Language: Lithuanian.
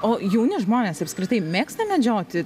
o jauni žmonės apskritai mėgsta medžioti